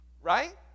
right